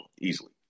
easily